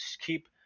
keep